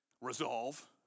resolve